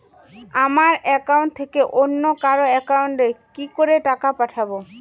আমার একাউন্ট থেকে অন্য কারো একাউন্ট এ কি করে টাকা পাঠাবো?